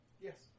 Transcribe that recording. Yes